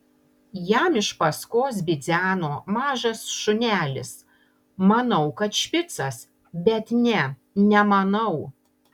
jam iš paskos bidzeno mažas šunelis manau kad špicas bet ne nemanau